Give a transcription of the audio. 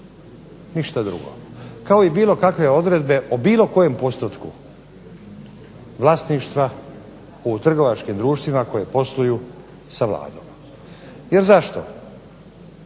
ništa drugo, kao i bilo kakve odredbe o bilo kojem postotku vlasništva u trgovačkim društvima koje posluju sa Vladom. Jer zašto,